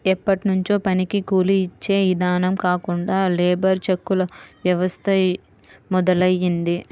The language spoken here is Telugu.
ఎప్పట్నుంచో పనికి కూలీ యిచ్చే ఇదానం కాకుండా లేబర్ చెక్కుల వ్యవస్థ మొదలయ్యింది